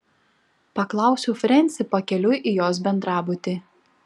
paklausiau frensį pakeliui į jos bendrabutį